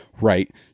right